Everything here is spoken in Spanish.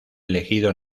elegido